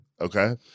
Okay